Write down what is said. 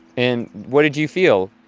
and what did you feel?